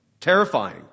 Terrifying